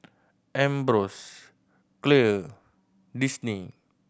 Ambros Clear Disney